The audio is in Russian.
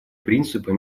принципа